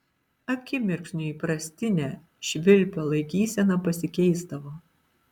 akimirksniu įprastinė švilpio laikysena pasikeisdavo